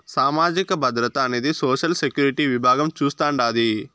సామాజిక భద్రత అనేది సోషల్ సెక్యూరిటీ విభాగం చూస్తాండాది